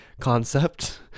concept